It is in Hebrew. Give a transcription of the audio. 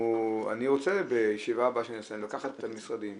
גם כאלה שיש להן את כל היכולות